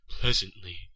pleasantly